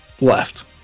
left